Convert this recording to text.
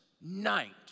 night